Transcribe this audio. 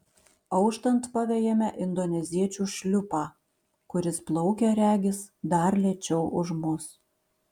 auštant pavejame indoneziečių šliupą kuris plaukia regis dar lėčiau už mus